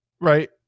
right